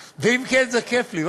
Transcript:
ואם כן, זה כיף לי.